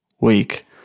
week